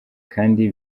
kandi